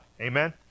Amen